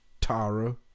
Tara